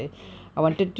ya